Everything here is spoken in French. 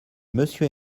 monsieur